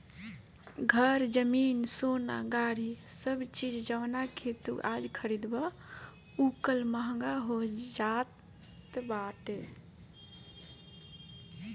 घर, जमीन, सोना, गाड़ी सब चीज जवना के तू आज खरीदबअ उ कल महंग होई जात बाटे